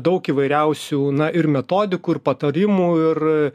daug įvairiausių na ir metodikų ir patarimų ir